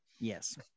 Yes